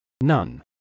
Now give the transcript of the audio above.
None